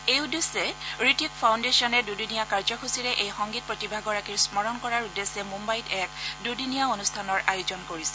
এই উদ্দেশ্যে ঋটিক ফাউণ্ডেচনে দুদিনীয়া কাৰ্যসচীৰে এই সংগীত প্ৰতিভা গৰাকীক স্মৰণ কৰাৰ উদ্দেশ্যে মুঘাইত এক দুদিনীয়া অনুষ্ঠানৰ আয়োজন কৰিছে